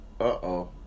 Uh-oh